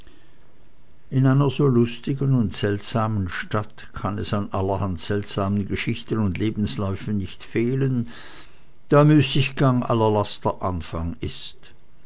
in einer so lustigen und seltsamen stadt kann es an aller land seltsamen geschichten und lebensläufen nicht fehlen da müßiggang aller laster anfang ist